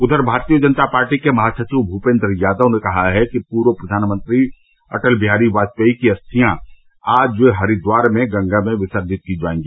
उधर भारतीय जनता पार्टी के महासविव मूपेन्द्र यादव ने कहा है कि पूर्व प्रघानमंत्री अटल बिहारी वाजपेयी की अस्थियां आज हरिद्वार में गंगा में विसर्जित की जायेंगी